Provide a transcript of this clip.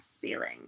feeling